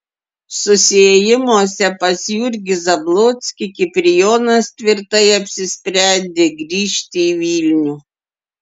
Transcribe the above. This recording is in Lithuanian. susiėjimuose pas jurgį zablockį kiprijonas tvirtai apsisprendė grįžti į vilnių